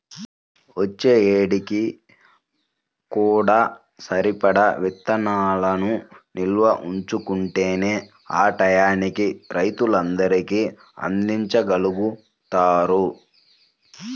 వచ్చే ఏడుకి కూడా సరిపడా ఇత్తనాలను నిల్వ ఉంచుకుంటేనే ఆ టైయ్యానికి రైతులందరికీ అందిచ్చగలుగుతారు